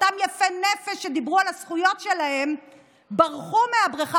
אותם יפי נפש שדיברו על הזכויות שלהם ברחו מהבריכה.